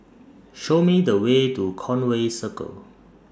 Show Me The Way to Conway Circle